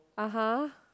(uh huh)